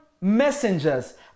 messengers